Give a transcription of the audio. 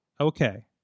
Okay